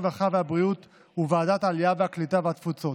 הרווחה והבריאות וועדת העלייה, הקליטה והתפוצות.